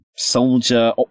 soldier